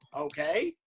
Okay